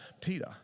Peter